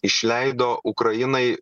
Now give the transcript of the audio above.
išleido ukrainai